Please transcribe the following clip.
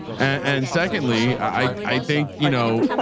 and secondly, i think, you know,